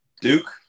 Duke